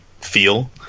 feel